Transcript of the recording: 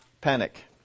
panic